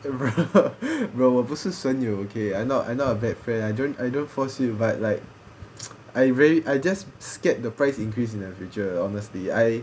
bro bro 我不是损友 okay I not I not a bad friend I don't I don't force you but like I really I just scared the price increase in the future honestly I